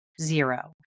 zero